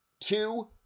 two